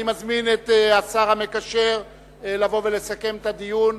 אני מזמין את השר המקשר לבוא ולסכם את הדיון,